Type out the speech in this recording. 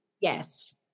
Yes